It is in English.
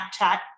Snapchat